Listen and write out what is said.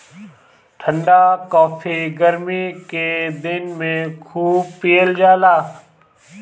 ठंडा काफी गरमी के दिन में खूब पियल जाला